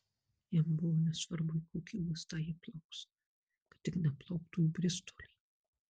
jam buvo nesvarbu į kokį uostą jie plauks kad tik neplauktų į bristolį